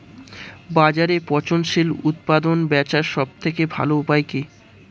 বাজারে পচনশীল উৎপাদন বেচার সবথেকে ভালো উপায় কি?